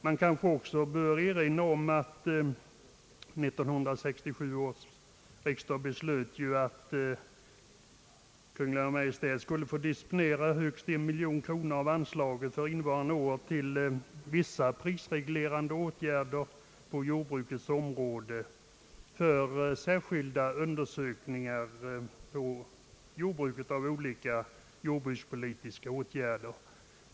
Man bör kanske också erinra om att 1967 års riksdag beslöt att Kungl. Maj:t skulle få disponera högst en miljon kronor av anslaget för innevarande år till vissa prisreglerande åtgärder på jordbrukets område för särskilda undersökningar av olika jordbrukspolitiska åtgärder.